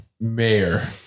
Mayor